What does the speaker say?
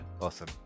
Awesome